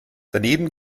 daneben